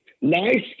nice